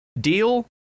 deal